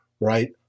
right